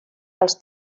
als